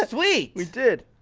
ah sweet! we did!